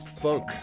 Funk